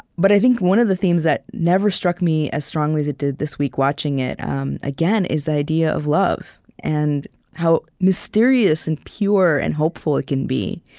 but i think one of the themes that never struck me as strongly as it did this week, watching it um again, is the idea of love and how mysterious and pure and hopeful it can be.